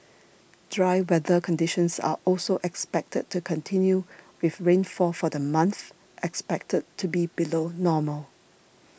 dry weather conditions are also expected to continue with rainfall for the month expected to be below normal